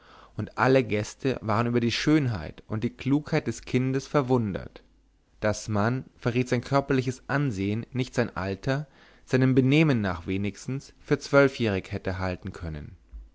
und alle gäste waren über die schönheit und die klugheit des kindes das man verriet sein körperliches ansehen nicht sein alter seinem benehmen nach wenigstens für zwölfjährig hätte halten können